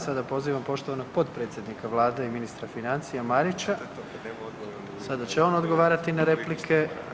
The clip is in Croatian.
Sada pozivam poštovanog potpredsjednika Vlade i ministra financija Marića ... [[Upadica se ne čuje.]] sada će on odgovarati na replike.